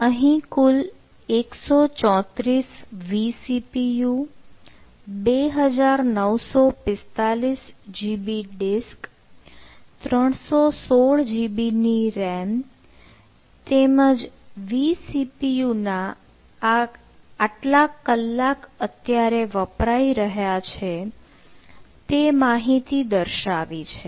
અહીં કુલ 134 vCPU 2945 GB disk 316 GB ની RAM તેમજ vCPU ના આટલા કલાક અત્યારે વપરાઈ રહ્યા છે તે માહિતી દર્શાવી છે